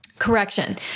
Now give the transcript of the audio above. Correction